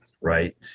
right